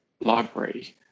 library